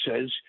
says